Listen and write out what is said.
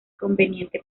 conveniente